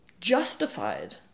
justified